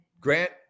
Grant